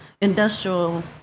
industrial